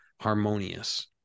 harmonious